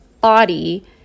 body